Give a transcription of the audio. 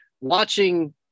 watching